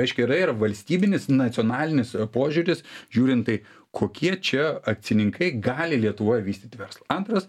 reiškia yra ir valstybinis nacionalinis požiūris žiūrint tai kokie čia akcininkai gali lietuvoj vystyt verslą antras